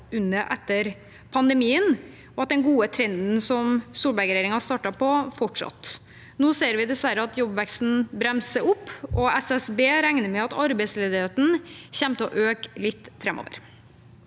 etter pandemien og at den gode trenden som Solberg-regjeringen startet på, fortsatte. Nå ser vi dessverre at jobbveksten bremser opp, og SSB regner med at arbeidsledigheten kommer til å øke litt framover.